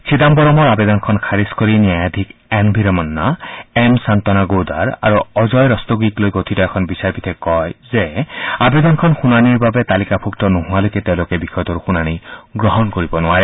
চিদাম্বৰমৰ আৱেদনখন খাৰিজ কৰি ন্যায়াধীশ এন ভি ৰমন্না এম শাম্বনাগৌডাৰ আৰু অজয় ৰস্তোগিক লৈ গঠিত এখন বিচাৰপীঠে কয় যে আৰেদনখন শুনানিৰ বাবে তালিকাভূক্ত নোহোৱালৈকে তেওঁলোকে বিষয়টোৰ শুনানি গ্ৰহণ কৰিব নোৱাৰে